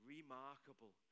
Remarkable